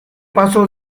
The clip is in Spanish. paso